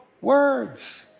words